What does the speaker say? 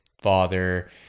father